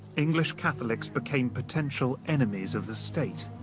english catholics became potential enemies of the state.